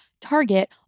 Target